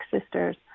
sisters